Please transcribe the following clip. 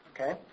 Okay